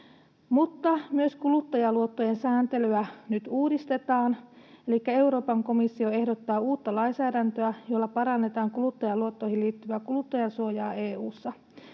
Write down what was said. Mutta myös kuluttajaluottojen sääntelyä nyt uudistetaan, elikkä ”Euroopan komissio ehdottaa uutta lainsäädäntöä, jolla parannetaan kuluttajaluottoihin liittyvää kuluttajansuojaa EU:ssa.